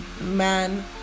man